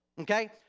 Okay